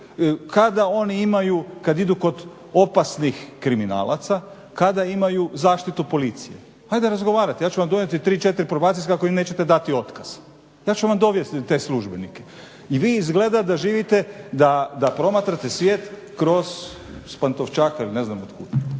kada oni imaju, kada idu kroz opasnih kriminalaca, kada imaju zaštitu policije. Ajde razgovarajte, ja ću vam donijeti tri četiri probacijska ako im nećete dati otkaz, za ću vam dovesti te službenike. I vi izgleda da živite, da promatrate svijet kroz, sa Pantovčaka ili ne znam otkud.